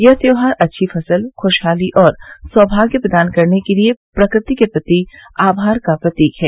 यह त्यौहार अळी फसल खुराहाली और सौभाग्य प्रदान करने के लिए प्रकृति के प्रति आभार का प्रतीक है